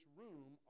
room